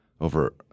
over